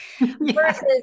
Versus